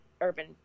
urban